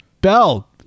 Bell